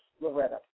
Loretta